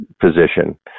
position